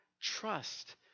Trust